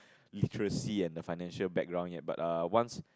literacy and the financial background yet but err once